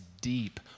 deep